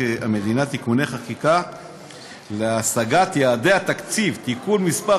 המדינה (תיקוני חקיקה להשגת יעדי התקציב) (תיקון מס'